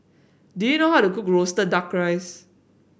do you know how to cook roasted duck rice